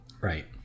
Right